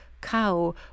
cow